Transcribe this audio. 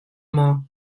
maw